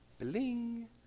bling